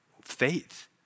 faith